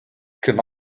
can